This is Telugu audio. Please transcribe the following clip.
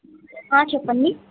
చెప్పండి